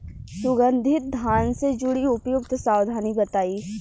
सुगंधित धान से जुड़ी उपयुक्त सावधानी बताई?